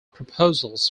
proposals